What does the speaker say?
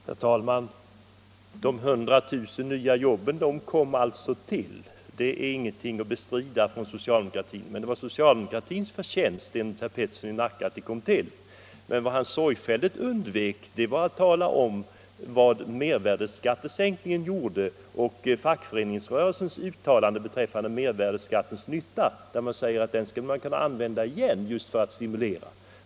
Herr talman! De 100 000 nya jobben kom alltså till. Det är ingenting att bestrida från socialdemokratiskt håll. Enligt herr Peterson i Nacka var det socialdemokratins förtjänst att de kom till, men han undvek sorgfälligt att nämna vad mervärdeskattesänkningen innebar och fackföreningsrörelsens uttalande om att mervärdeskatten skulle kunna användas igen just för att stimulera.